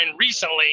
recently